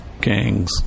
gangs